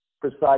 precise